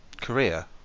korea